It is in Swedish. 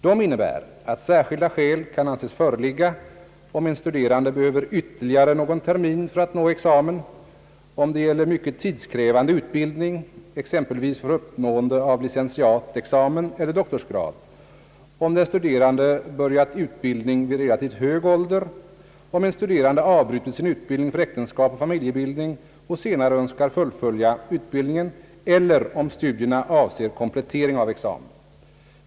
De innebär att särskilda skäl kan anses föreligga, om en studerande behöver ytterligare någon termin för att nå examen, om det gäller mycket tidskrävande utbildning, exempelvis för uppnående av licentiatexamen eller doktorsgrad, om den studerande börjat utbildning vid relativt hög ålder, om en studerande avbrutit sin utbildning för äktenskap och familjebildning och senare önskar fullfölja utbildningen eller om studierna avser komplettering av examen.